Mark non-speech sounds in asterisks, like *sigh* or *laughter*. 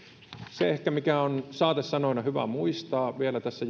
se mikä on saatesanoina ehkä hyvä muistaa vielä tässä *unintelligible*